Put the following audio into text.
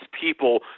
people